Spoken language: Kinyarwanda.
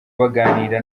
baganira